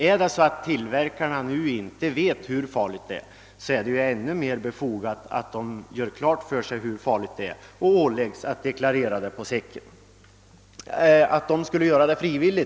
Om tillverkarna inte vet hur farlig deras produkt är, blir det ännu mera befogat att ålägga dem att ta reda på det och också deklarera det på säcken.